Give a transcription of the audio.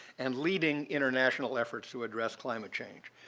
and leading international efforts to address climate change.